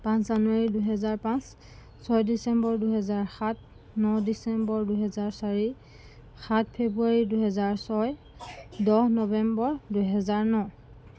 পাঁচ জানুৱাৰী দুহেজাৰ পাঁচ ছয় ডিচেম্বৰ দুহেজাৰ সাত ন ডিচেম্বৰ দুহেজাৰ চাৰি সাত ফেব্ৰুৱাৰী দুহেজাৰ ছয় দহ নৱেম্বৰ দুহেজাৰ ন